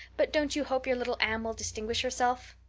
but don't you hope your little anne will distinguish herself?